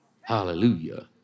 Hallelujah